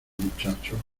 muchachos